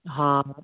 ਹਾਂ